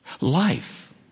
Life